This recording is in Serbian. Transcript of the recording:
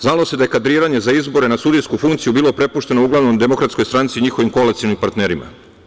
Znalo se da je kadriranje za izbore na sudijsku funkciju bilo prepušteno uglavnom DS i njihovim koalicionim partnerima.